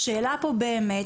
השאלה פה באמת,